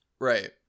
Right